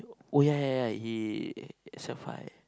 oh ya ya ya he sec five